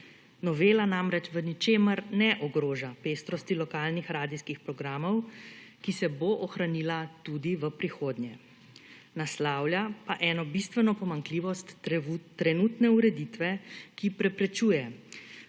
Novela namreč v ničemer ne ogroža pestrosti lokalnih radijskih programov, ki se bo ohranila tudi v prihodnje, naslavlja pa eno bistveno pomanjkljivost trenutne ureditve, ki preprečuje